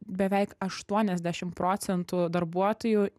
beveik aštuoniasdešim procentų darbuotojų